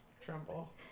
Tremble